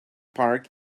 park